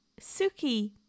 Suki